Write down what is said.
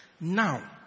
Now